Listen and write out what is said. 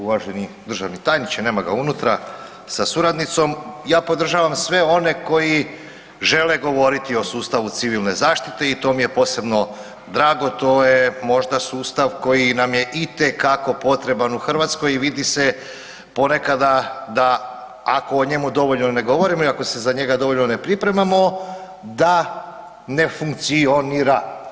Uvaženi državni tajniče nema ga unutra sa suradnicom, ja podržavam koji žele govoriti o sustavu civilne zaštite i to mi je posebno drago, to je možda sustav koji nam je itekako potreban u Hrvatskoj i vidi se ponekada da ako o njemu dovoljno ne govorimo i ako se za njega dovoljno ne pripremamo da ne funkcionira.